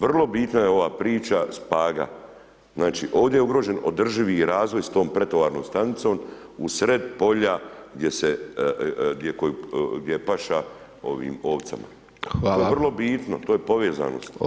Vrlo bitna je ova priča s Paga, znači ovdje je ugrožen održivi razvoj s tom pretovarnom stanicom u sred polja gdje se, gdje je paša ovim ovcama [[Upadica: Hvala.]] to je vrlo bitno, to je povezanost.